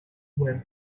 where